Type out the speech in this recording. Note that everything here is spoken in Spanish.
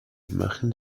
imagen